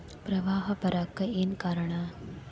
ಪ್ರವಾಹ ಬರಾಕ್ ಏನ್ ಕಾರಣ?